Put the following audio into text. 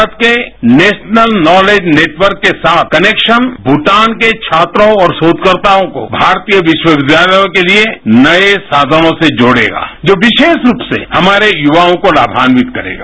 भारत के national knowledge network के साथ कनेक्शन भूटान के छात्रों और सोधकर्ताओं को भारतीय विश्वविद्यालयों के लिए नए साधनों से जोड़ेगा जो विशेष रूप से हमारे युवाओं को लाभानवित करेगा